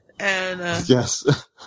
Yes